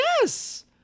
Yes